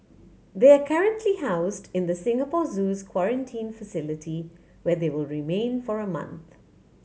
they are currently housed in the Singapore Zoo's quarantine facility where they will remain for a month